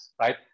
right